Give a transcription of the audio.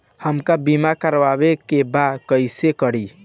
हमका बीमा करावे के बा कईसे करी?